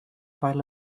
pile